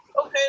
okay